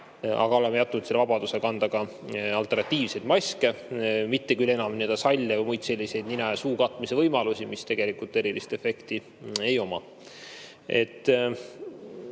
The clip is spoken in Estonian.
me oleme jätnud selle vabaduse kanda ka alternatiivseid maske, mitte küll enam salle või muid selliseid nina ja suu katmise võimalusi, mis tegelikult erilist efekti ei oma.